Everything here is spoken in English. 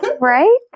Right